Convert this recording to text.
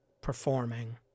performing